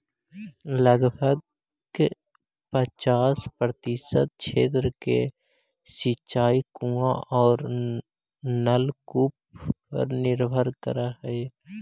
लगभग पचास प्रतिशत क्षेत्र के सिंचाई कुआँ औ नलकूप पर निर्भर करऽ हई